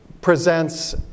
presents